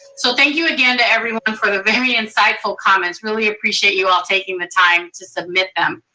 so thank you again to everyone for the very insightful comments. really appreciate you all taking the time to submit them.